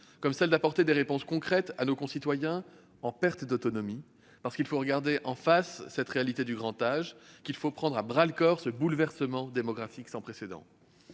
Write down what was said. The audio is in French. comme celle d'apporter des réponses concrètes à nos concitoyens en perte d'autonomie. En effet, il faut regarder en face la réalité du grand âge et prendre à bras-le-corps ce bouleversement démographique sans précédent.